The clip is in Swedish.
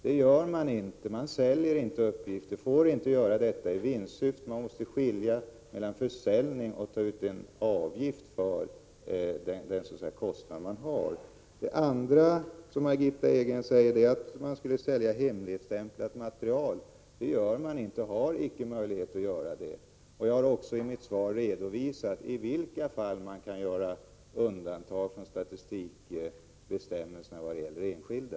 Det gör man inte. Man säljer inte uppgifter och får inte heller göra detta i vinstsyfte. Man måste skilja mellan försäljning och att ta ut en avgift för den kostnad man har. Margitta Edgren säger också att man skulle sälja hemligstämplat material. Det gör man inte och har inte heller möjlighet att göra. Jag har också i mitt svar redovisat i vilka fall man kan göra undantag från statistikbestämmelserna vad gäller enskilda.